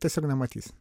tiesiog nematys